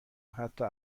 حتا